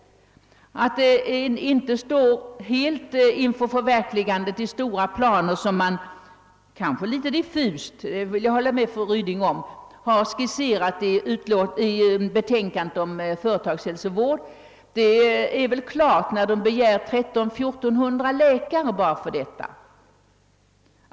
Det är tämligen självklart att de stora planer som har skisserats i betänkandet om företagshälsovård — jag håller med fru Ryding om att planerna kanske kan te sig något diffusa — inte kan förverkligas omedelbart, eftersom det begärs 1300 å 1400 läkare bara för detta ändamål.